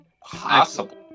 Possible